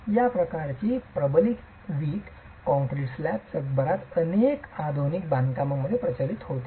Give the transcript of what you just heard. तर या प्रकारची प्रबलित ईंट काँक्रीट स्लॅब जगभरातील अनेक आधुनिक बांधकामांमध्ये प्रचलित होत आहे